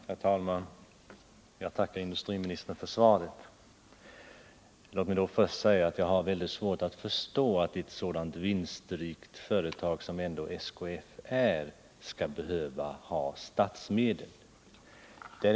Herr talman! Jag tackar industriministern för svaret. Låt mig först säga att jag har väldigt svårt att förstå att ett så vinstrikt företag som SKF ändå är skall behöva få statsmedel.